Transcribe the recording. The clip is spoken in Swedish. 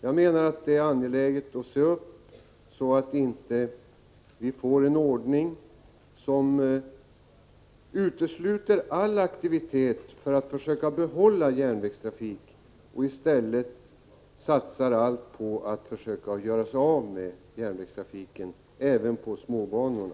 Jag menar att det är angeläget att se upp så att vi inte får en ordning som utesluter all aktivitet för att söka behålla järnvägstrafik och som i stället innebär en satsning på att försöka göra oss av med järnvägstrafiken även på småbanorna.